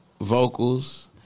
vocals